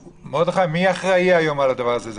מרדכי, מי אחראי היום על הדבר הזה?